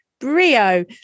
Brio